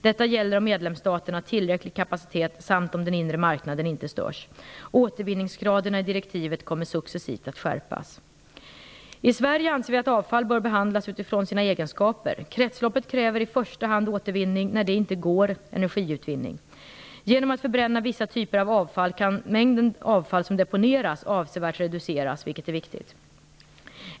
Detta gäller om medlemsstaten har tillräcklig kapacitet samt om den inre marknaden inte störs. Återvinningsgraderna i direktivet kommer successivt att skärpas. I Sverige anser vi att avfall bör behandlas utifrån sina egenskaper. Kretsloppet kräver i första hand återvinning när det inte går med energiutvinning. Genom att förbränna vissa typer av avfall kan således mängden avfall som deponeras avsevärt reduceras, vilket är viktigt.